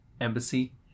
embassy